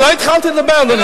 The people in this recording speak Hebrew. לא התחלתי לדבר, אדוני.